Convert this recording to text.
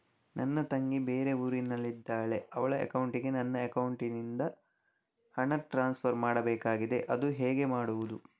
ನನ್ನ ತಂಗಿ ಬೇರೆ ಊರಿನಲ್ಲಿದಾಳೆ, ಅವಳ ಅಕೌಂಟಿಗೆ ನನ್ನ ಅಕೌಂಟಿನಿಂದ ಹಣ ಟ್ರಾನ್ಸ್ಫರ್ ಮಾಡ್ಬೇಕಾಗಿದೆ, ಅದು ಹೇಗೆ ಮಾಡುವುದು?